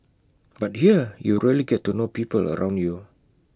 but here you really get to know people around you